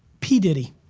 p. diddy,